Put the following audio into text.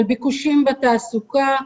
על ביקושים בתעסוקה,